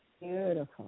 Beautiful